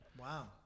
Wow